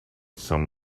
some